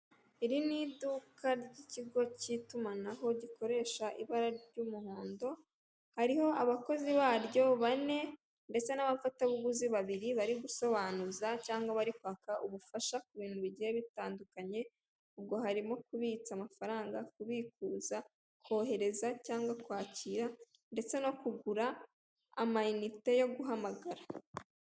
Iri ni iduka ry'ikigo kitumanaho gikoresha ibara ry'umuhondo hariho abakozi baryo bane ndetse n'abafatabuguzi babiri bari gusobanuza cyangwa bari kwaka ubufasha ibintu bigiye bitandukanye, ubwo harimo kubitsa amafaranga, kubikuza, kohereza cyangwa kwakira ndetse no kugura amayinite yo guhamagara.